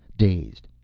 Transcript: dazed.